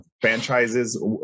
franchises